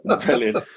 Brilliant